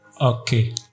Okay